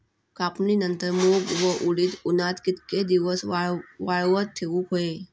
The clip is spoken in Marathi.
कापणीनंतर मूग व उडीद उन्हात कितके दिवस वाळवत ठेवूक व्हये?